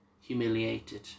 humiliated